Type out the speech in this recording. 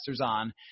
on